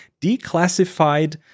declassified